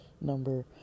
number